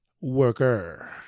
worker